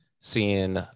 seeing